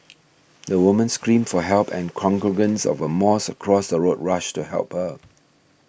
the woman screamed for help and congregants of a mosque across the road rushed to help her